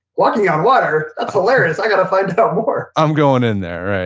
walking on water, that's hilarious. i got to find out more. i'm going in there,